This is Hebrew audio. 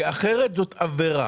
כי אחרת זו עבירה.